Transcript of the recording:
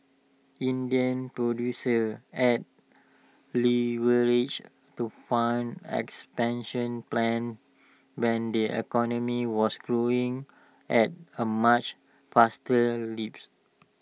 Indian producers added leverage to fund expansion plans when the economy was growing at A much faster lips